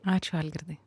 ačiū algirdai